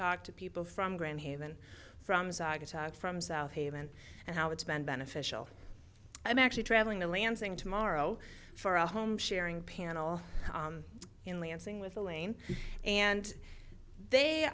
d to people from grand haven from zaga from south haven and how it's been beneficial i'm actually traveling to lansing tomorrow for a home sharing panel in lansing with elaine and they